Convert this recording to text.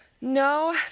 No